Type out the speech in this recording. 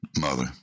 mother